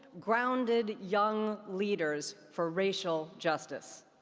grounded young leaders for racial justice.